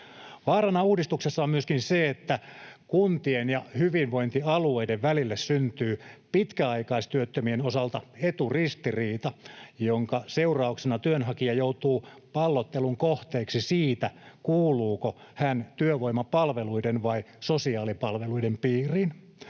Vaarana uudistuksessa on myöskin se, että kuntien ja hyvinvointialueiden välille syntyy pitkäaikaistyöttömien osalta eturistiriita, jonka seurauksena työnhakija joutuu pallottelun kohteeksi siitä, kuuluuko hän työvoimapalveluiden vai sosiaalipalveluiden piiriin.